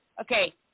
Okay